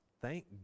thank